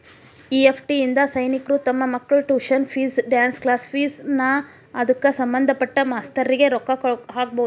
EFT ಇಂದಾ ಸೈನಿಕ್ರು ತಮ್ ಮಕ್ಳ tuition fees, dance class fees ನಾ ಅದ್ಕ ಸಭಂದ್ಪಟ್ಟ ಮಾಸ್ತರ್ರಿಗೆ ರೊಕ್ಕಾ ಹಾಕ್ಬೊದ್